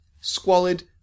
squalid